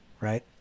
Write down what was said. right